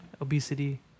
obesity